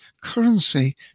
currency